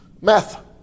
Meth